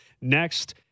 next